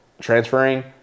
transferring